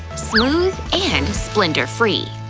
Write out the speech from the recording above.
smooth and splinter-free.